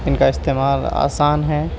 ان کا استعمال آسان ہے